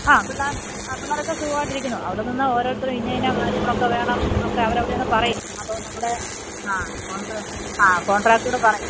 ആ പിള്ളേർ ആ പിള്ളേരൊക്കെ സുഖവായിട്ടിരിക്കുന്നു അവിടെ നിന്ന് ഓരോത്തരും ഇന്ന ഇന്ന കാര്യങ്ങളൊക്കെ വേണം ഒക്കെ അവരവിടെനിന്നു പറയും അപ്പോൾ നമ്മുടെ ആ ഓണറ് ആ കോൺട്രാക്ടറോട് പറയും